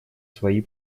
свои